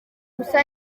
gusa